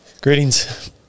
Greetings